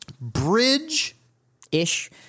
bridge-ish